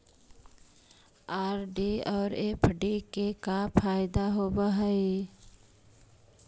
RD और FD के का फायदा होव हई?